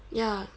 ya